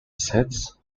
sets